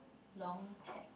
long chat